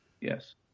yes